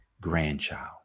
grandchild